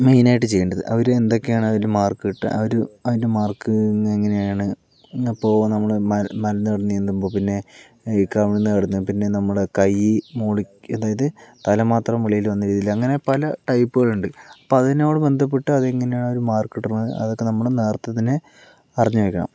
main ആയിട്ട് ചെയ്യേണ്ടത് അവർ എന്തൊക്കെയാണ് അതിൽ മാര്ക്ക് കിട്ടുക ആ ഒരു അതിന്റെ മാര്ക്ക് എങ്ങനെയാണ് പിന്നെ ഇപ്പോൾ നമ്മൾ മലർന്നു കിടന്നു നീന്തുമ്പോൾ പിന്നെ ഈ കമിഴ്ന്നു കിടന്നു പിന്നെ നമ്മൾ കൈ മുകളിലേക്ക് അതായത് തല മാത്രം വെളിയില് വന്ന രീതിയിൽ അങ്ങനെ പല ടൈപ്പുകളുണ്ട് ഇപ്പോൾ അതിനോട് ബന്ധപ്പെട്ടു അതെങ്ങനെയാണ് അവർ മാര്ക്ക് കിട്ടണത് അതൊക്കെ നമ്മൾ നേരത്തെ തന്നെ അറിഞ്ഞേക്കണം